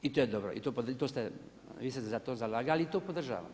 I to je dobro i vi ste se za to zalagali i to podržavam.